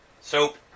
Soap